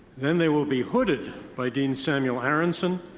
then they will be hooded by deans samuel aronson,